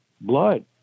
blood